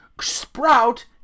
sprout